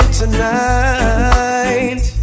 tonight